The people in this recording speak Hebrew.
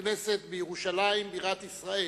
לכנסת בירושלים בירת ישראל.